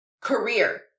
career